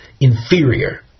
inferior